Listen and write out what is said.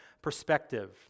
perspective